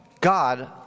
God